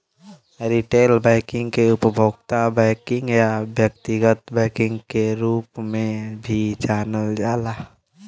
retail banking के उपभोक्ता banking या व्यक्तिगत बैंकिंग के रूप में भी जानल जाला